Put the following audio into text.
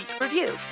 Review